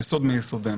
יסוד מיסודנו.